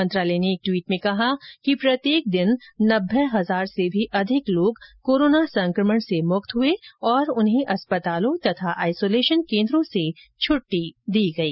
मंत्रालय ने एक ट्वीट में कहा कि प्रत्येक दिन नब्बे हजार से भी अधिक लोग कोरोना संकमण से मुक्त हुए और उन्हें अस्पतालों और आइसोलेशन केन्द्रों से छुट्टी दे दी गई